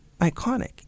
iconic